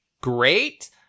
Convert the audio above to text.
great